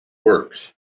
works